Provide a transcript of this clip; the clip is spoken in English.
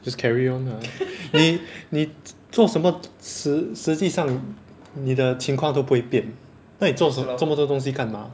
just carry on lah 你你做什么实实际上你的情况都不会变那你做什这么多东西干嘛